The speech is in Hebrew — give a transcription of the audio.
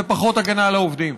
ופחות הגנה לעובדים.